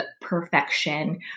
perfection